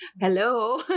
hello